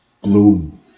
bloom